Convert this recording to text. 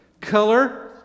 Color